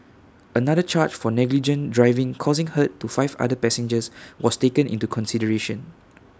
another charge for negligent driving causing hurt to five other passengers was taken into consideration